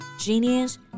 Genius